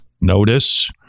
Notice